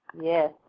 yes